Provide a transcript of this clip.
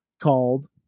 called